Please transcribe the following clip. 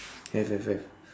have have have